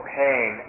pain